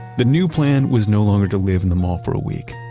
the new plan was no longer to live in the mall for a week.